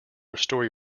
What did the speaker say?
restore